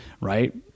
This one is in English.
right